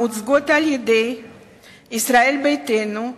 המוצגות על-ידי ישראל ביתנו,